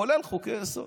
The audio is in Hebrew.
כולל חוקי-יסוד.